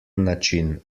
način